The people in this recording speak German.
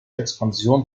expansion